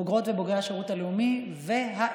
בוגרות ובוגרי השירות הלאומי והאזרחי,